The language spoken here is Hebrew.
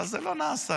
אבל זה לא נעשה.